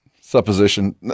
supposition